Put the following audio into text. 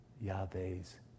Yahweh's